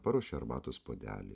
paruošė arbatos puodelį